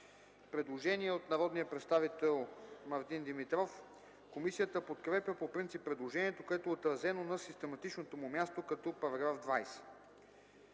Предложение от народния представител Мартин Димитров. Комисията подкрепя по принцип предложението, което е отразено на систематичното му място като § 20.